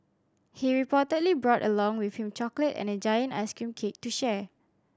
he reportedly brought along with him chocolate and a giant ice cream cake to share